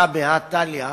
והא בהא תליא,